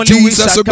Jesus